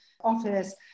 office